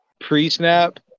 pre-snap